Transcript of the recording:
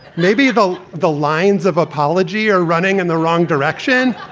maybe, though, the lines of apology are running in the wrong direction.